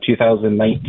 2019